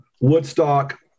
Woodstock